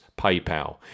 PayPal